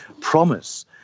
promise